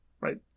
Right